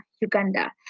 Uganda